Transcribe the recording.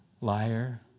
Liar